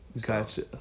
Gotcha